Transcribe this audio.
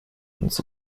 uns